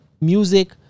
music